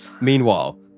meanwhile